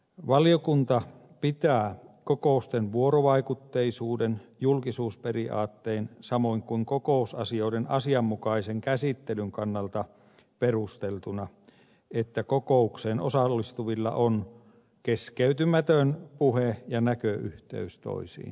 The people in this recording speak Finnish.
valiokunta pitää kokousten vuorovaikutteisuuden julkisuusperiaatteen samoin kuin kokousasioiden asianmukaisen käsittelyn kannalta perusteltuna että kokoukseen osallistuvilla on keskeytymätön puhe ja näköyhteys toisiinsa